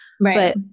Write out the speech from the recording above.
Right